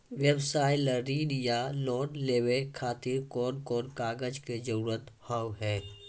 व्यवसाय ला ऋण या लोन लेवे खातिर कौन कौन कागज के जरूरत हाव हाय?